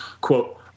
Quote